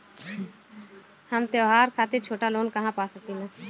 हम त्योहार खातिर छोटा लोन कहा पा सकिला?